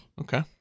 Okay